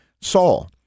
Saul